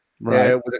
Right